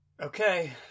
Okay